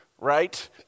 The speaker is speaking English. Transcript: right